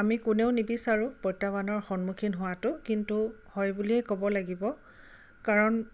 আমি কোনেও নিবিচাৰোঁ প্ৰত্যাহ্বানৰ সন্মুখীন হোৱাটো কিন্তু হয় বুলিয়ে ক'ব লাগিব কাৰণ